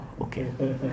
Okay